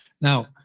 Now